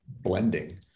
blending